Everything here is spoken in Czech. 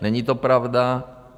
Není to pravda.